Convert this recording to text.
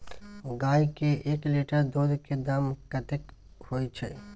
गाय के एक लीटर दूध के दाम कतेक होय छै?